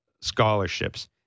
scholarships